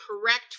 correct